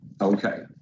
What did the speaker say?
Okay